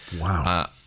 wow